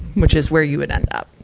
which is where you would end up,